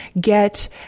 get